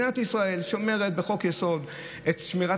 מדינת ישראל שומרת בחוק-יסוד את שמירת